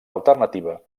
alternativa